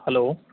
hello